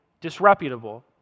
disreputable